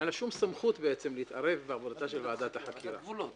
אין לה שום סמכות בעצם להתערב בעבודתה של ועדת החקירה.